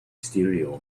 stereo